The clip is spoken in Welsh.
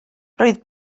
roedd